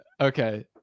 okay